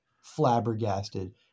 flabbergasted